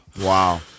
Wow